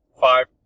five